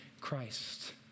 Christ